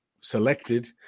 selected